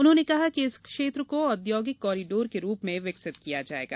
उन्होने कहा कि इस क्षेत्र को औघोगिक कोरिडोर के रूप मे विकासित किया जायेगा